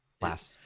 last